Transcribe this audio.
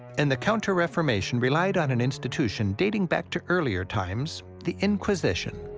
and the counter-reformation relied on an institution dating back to earlier times the inquisition.